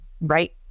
right